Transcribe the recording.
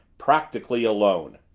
practically alone.